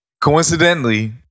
Coincidentally